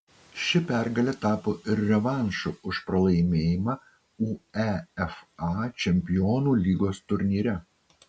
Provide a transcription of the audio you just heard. ši pergalė tapo ir revanšu už pralaimėjimą uefa čempionų lygos turnyre